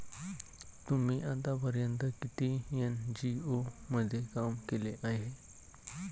तुम्ही आतापर्यंत किती एन.जी.ओ मध्ये काम केले आहे?